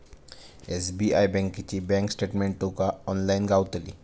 SBI बँकेची bank statement तुका online गावतली